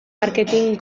marketin